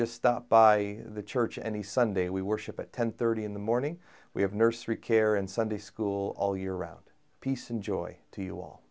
just stop by the church and the sunday we worship at ten thirty in the morning we have nursery care and sunday school all year round peace and joy to you all